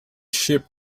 ship